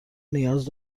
نیاز